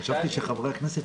טלי,